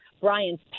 Brian's